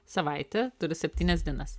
savaitė turi septynias dienas